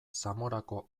zamorako